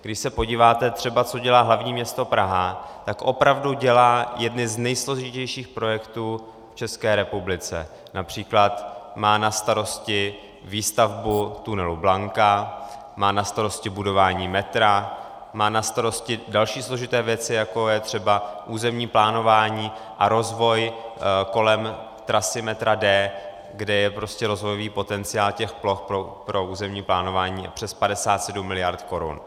Když se podíváte třeba, co dělá hlavní město Praha, tak opravdu dělá jedny z nejsložitějších projektů v České republice, například má na starosti výstavbu tunelu Blanka, má na starosti budování metra, má na starosti další složité věci, jako je třeba územní plánování a rozvoj kolem trasy metra D, kde je rozvojový potenciál těch ploch pro územní plánování přes 57 mld. korun.